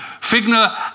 Figner